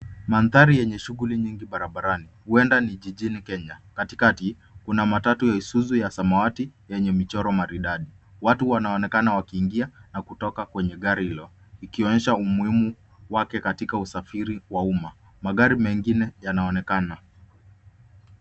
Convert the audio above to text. Mandhari yenye shughuli nyingi barabarani huenda ni jijini Kenya. Katikati kuna matatu ya izuzu ya samawati yenye michoro maridadi. Watu wanaonekana wakiingia na kutoka kwenye gari hilo ikionyesha muhimu wake katika usafiri wa umma magari mengine yanaonekana.